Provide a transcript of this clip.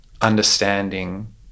understanding